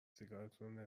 سیگارتونو